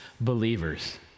believers